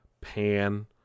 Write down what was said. pan